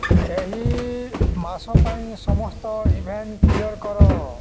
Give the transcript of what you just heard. ଏହି ମାସ ପାଇଁ ସମସ୍ତ ଇଭେଣ୍ଟ୍ କ୍ଲିୟର୍ କର